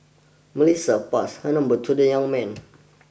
Melissa passed her number to the young man